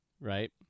right